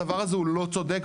הדבר הזה הוא לא צודק,